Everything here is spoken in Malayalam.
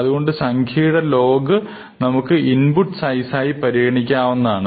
അതുകൊണ്ടുതന്നെ സംഖ്യയുടെ log നമുക്ക് ഇൻപുട്ട് സൈസ് ആയി പരിഗണിക്കാവുന്നതാണ്